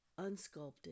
unsculpted